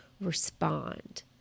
respond